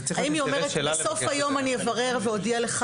האם היא אומרת שהיא תברר בסוף היום ותודיע להורה למוחרת?